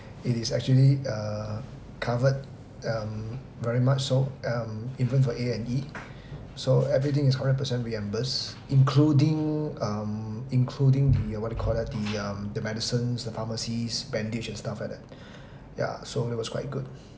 it is actually uh covered um very much so um even for A_&_E so everything is hundred percent reimbursed including um including the uh what you call that the um the medicines the pharmacies bandage and stuff like that ya so that was quite good